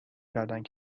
کردند